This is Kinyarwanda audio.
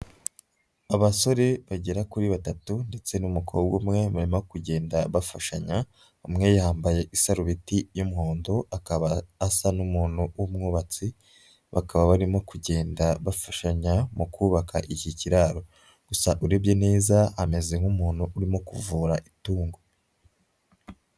Abasore bagera kuri batatu ndetse n'umukobwa umwe barimo kugenda bafashanya, umwe yambaye isarubeti y'umuhondo akaba asa n'umuntu w'umwubatsi, bakaba barimo kugenda bafashanya mu kubaka iki kiraro. Gusa urebye neza ameze nk'umuntu urimo kuvura itungo.